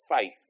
faith